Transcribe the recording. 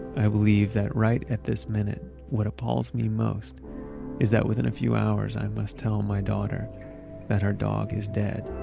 i believe that right at this minute what appalls me most is that within a few hours i must tell my daughter that her dog is dead,